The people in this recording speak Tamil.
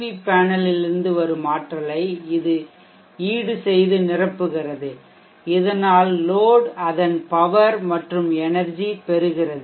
வி பேனலில் இருந்து வரும் ஆற்றலை இது ஈடு செய்து நிரப்புகிறது இதனால் லோட் அதன் பவர் மற்றும் எனெர்ஜி பெறுகிறது